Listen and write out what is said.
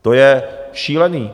To je šílený!